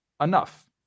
enough